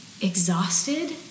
exhausted